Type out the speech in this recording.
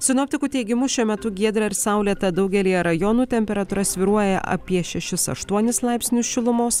sinoptikų teigimu šiuo metu giedra ir saulėta daugelyje rajonų temperatūra svyruoja apie šešis aštuonis laipsnius šilumos